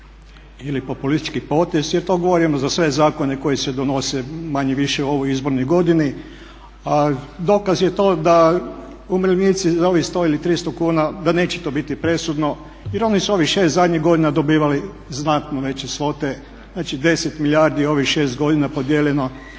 ili populistički potez, jer to govorimo za sve zakone koji se donose manje-više u ovoj izbornoj godini. A dokaz je to da umirovljenici za ovih 100 ili 300 kuna da neće to biti presudno, jer oni su ovih 6 zadnjih godina dobivali znatno veće svote. Znači 10 milijardi ovih 6 godina podijeljeno